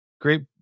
great